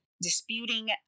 disputing